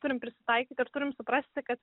turim prisitaikyt ir turim suprasti kad